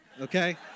okay